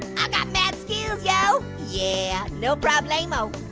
i've got mad skills, yo. yeah, no problemo.